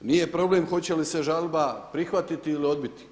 Nije problem hoće li se žalba prihvatiti ili odbiti.